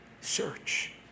Search